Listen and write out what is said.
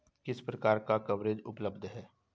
किस प्रकार का कवरेज उपलब्ध है?